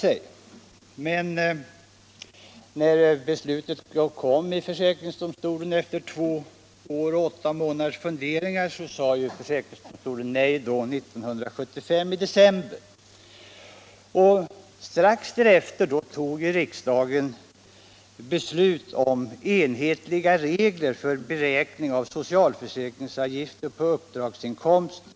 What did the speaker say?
Men när försäkringsdomstolens beslut kom i december 1975, efter två år och åtta månader, sade försäkringsdomstolen nej. Strax därefter antog riksdagen beslut om enhetliga regler för beräkning av socialförsäkringsavgifter på uppdragsinkomster.